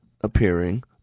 appearing